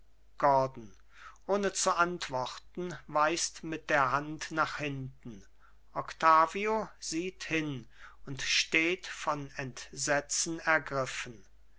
gordon ohne zu antworten weist mit der hand nach hinten octavio sieht hin und steht von entsetzen ergriffen